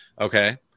okay